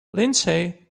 lindsey